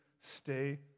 stay